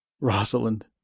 Rosalind